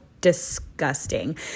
disgusting